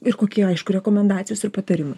ir kokie aišku rekomendacijos ir patarimai